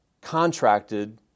contracted